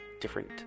different